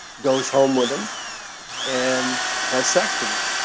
goes home with them and as sex with me